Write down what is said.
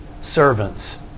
Servants